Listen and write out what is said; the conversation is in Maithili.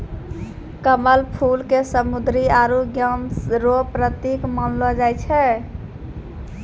कमल फूल के समृद्धि आरु ज्ञान रो प्रतिक मानलो जाय छै